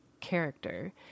character